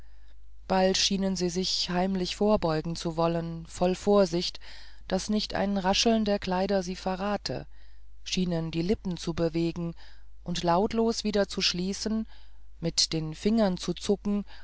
bald schienen sie sich heimlich verbeugen zu wollen voll vorsicht daß nicht ein rascheln der kleider sie verrate schienen die lippen zu bewegen und lautlos wieder zu schließen mit den fingern zu zucken